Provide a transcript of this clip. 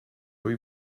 rue